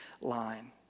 line